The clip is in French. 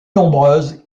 nombreuses